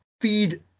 feed